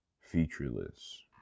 featureless